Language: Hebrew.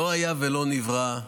לא היה ולא נברא.